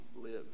live